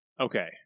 Okay